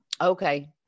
Okay